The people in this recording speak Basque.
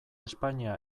espainia